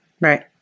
Right